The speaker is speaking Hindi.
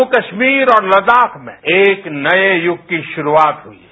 जम्मू कश्मीरऔर लद्दाख में एक नए युग की शुरूआत हुई है